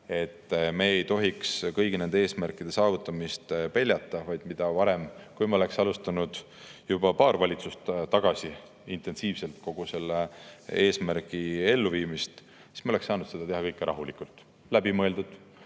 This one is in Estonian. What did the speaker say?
et me ei tohiks kõigi nende eesmärkide saavutamist peljata, vaid mida varem, [seda parem]. Kui me oleks alustanud juba paar valitsust tagasi intensiivselt nende eesmärkide elluviimist, siis me oleks saanud teha seda kõike rahulikult, läbimõeldult